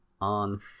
on